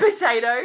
Potato